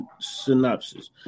Synopsis